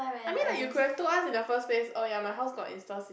I mean like you could have told us in the first place oh ya my house got install